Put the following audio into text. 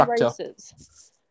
races